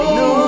no